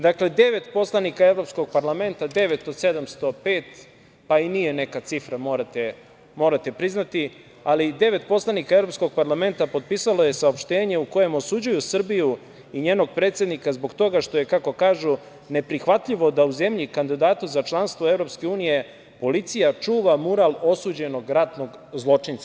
Dakle, devet poslanika Evropskog parlamenta, devet od 705, pa i nije neka cifra morate priznati, ali devet poslanika Evropskog parlamenta potpisalo je saopštenje u kojem osuđuju Srbiju i njenog predsednika zbog toga što je kako kažu neprihvatljivo da u zemlji kandidatu za članstvo u EU policija čuva mural osuđenog ratnog zločinca.